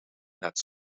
net